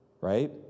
right